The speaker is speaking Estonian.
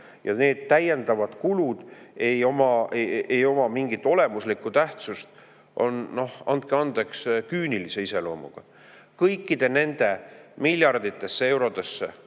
ja need täiendavad kulud ei oma mingit olemuslikku tähtsust, on, noh, andke andeks, küünilise iseloomuga. Kõikide nende miljarditesse eurodesse…,